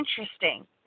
interesting